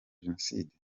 jenoside